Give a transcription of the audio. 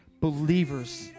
believers